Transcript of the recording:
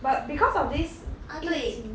but because of this 疫情